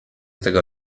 tego